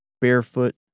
barefoot